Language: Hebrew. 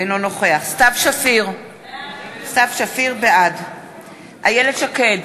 אינו נוכח סתיו שפיר, בעד איילת שקד,